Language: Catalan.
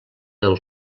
del